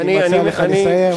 אני מציע לך לסיים.